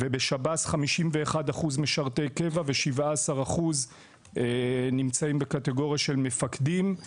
ובשב"ס 51% משרתי קבע ו-17% נמצאים בקטגוריה של מפקדים.